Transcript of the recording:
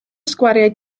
sgwariau